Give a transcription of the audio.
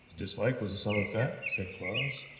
dislike was a solid fact, said quarles.